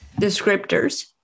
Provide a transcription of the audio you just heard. descriptors